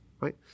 right